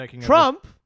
Trump